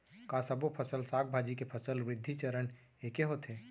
का सबो फसल, साग भाजी के फसल वृद्धि चरण ऐके होथे?